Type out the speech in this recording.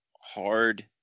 hard